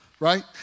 Right